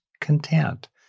content